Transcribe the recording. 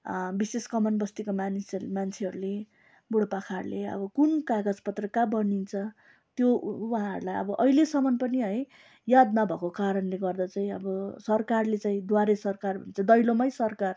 विशेष कमान बस्तीको मानिस मान्छेहरूले बुढो पाकाहरूले अब कुन कागज पत्र कहाँ बनिन्छ त्यो उहाँहरूलाई अब अहिलेसम्म पनि याद नभएको कारणले गर्दा चाहिँ अब सरकारले चाहिँ द्वारे सरकार दैलोमै सरकार